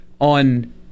on